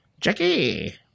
Jackie